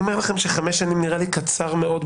אומר לכם שחמש שנים נראה לי קצר מאוד,